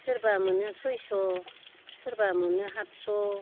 सोरबा मोना सइस' सोरबा मोनो हातस'